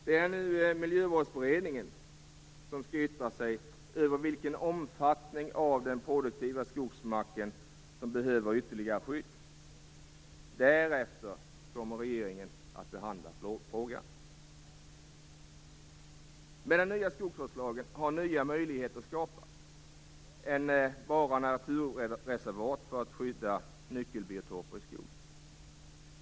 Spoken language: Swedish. Det är Miljövårdsberedningen som skall yttra sig över vilken omfattning av den produktiva skogsmarken som behöver ytterligare skydd. Därefter kommer regeringen att behandla frågan. Med den nya skogsvårdslagen har nya möjligheter skapats i stället för enbart naturreservat för att skydda nyckelbiotoper i skogen.